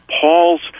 Paul's